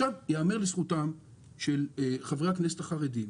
ייאמר לזכותם של חברי הכנסת החרדים,